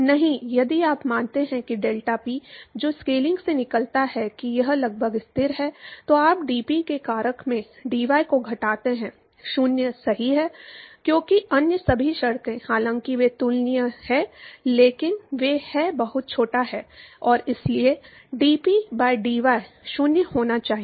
नहीं यदि आप मानते हैं कि डेल्टापी जो स्केलिंग से निकलता है कि यह लगभग स्थिर है तो आप डीपी के कारक में dy को घटाते हैं 0 सही है क्योंकि अन्य सभी शर्तें हालांकि वे तुलनीय हैं लेकिन वे हैं बहुत छोटा है और इसलिए dP by dy 0 होना चाहिए